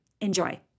Enjoy